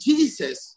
Jesus